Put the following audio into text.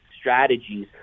strategies